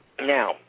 Now